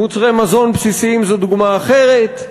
מוצרי מזון בסיסיים הם דוגמה אחרת,